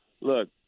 look